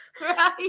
right